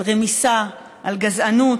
על רמיסה, על גזענות,